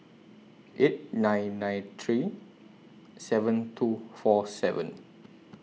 eight nine nine three seven two four seven